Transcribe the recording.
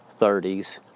30s